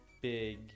Big